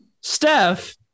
Steph